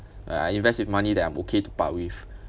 uh I invest with money that I'm okay to park with